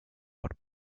por